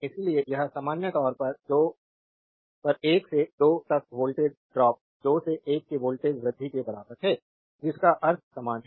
इसलिए यह सामान्य तौर पर 1 से 2 तक वोल्टेज ड्रॉप 2 से 1 के वोल्टेज वृद्धि के बराबर है जिसका अर्थ समान है